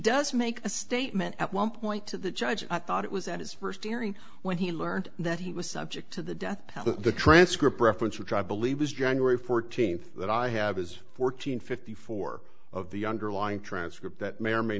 does make a statement at one point to the judge i thought it was at his first airing when he learned that he was subject to the death the transcript reference which i believe was january fourteenth that i have is fourteen fifty four of the underlying transcript that may or may